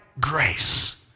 grace